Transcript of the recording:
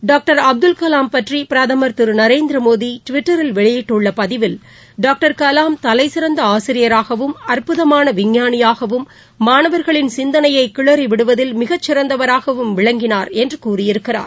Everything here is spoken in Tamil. டாக்டர் அப்துல் கலாம் பற்றிபிரதம் திருநரேந்திரமோடிடுவிட்டரில் வெளியிட்டுள்ளபதிவில் டாக்டர் கலாம் தலைசிறந்தஆசிரியராகவும் அற்புதமானவிஞ்ஞானியாகவும் மாணவர்களின் சிந்தனையைகிளறிவிடுவதில் மிகச்சிறந்தவராகவும் விளங்கினார் என்றுகூறியிருக்கிறார்